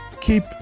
keep